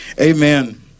amen